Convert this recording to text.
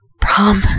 Prom